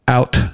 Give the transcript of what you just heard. Out